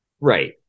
right